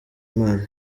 imana